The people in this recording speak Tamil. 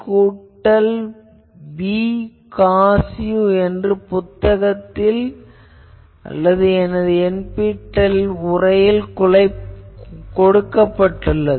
ஆனால் a கூட்டல்b cos என்பது புத்தகத்தில் அல்லது எனது NPTEL உரையில் கொடுக்கப்பட்டுள்ளது